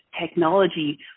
technology